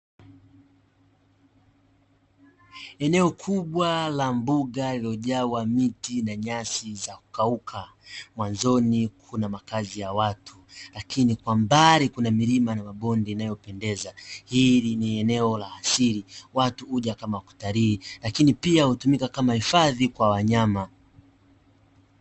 Eneo kubwa la mbuga lililojawa miti na nyasi za kukauka, mwanzoni kuna makazi ya watu lakini kwa mbali kuna milima na mabonde inayopendeza. Hili ni eneo la asili watu huja kama kutalii lakini pia hutumika kama hifadhi kwa wanyama.